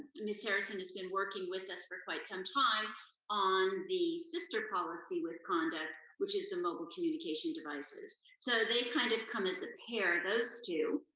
miss harrison has been working with us for quite some time on the sister policy with conduct, which is the mobile communication devices. so they kind of come as a pair, those two.